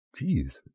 Jeez